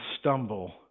stumble